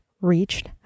reached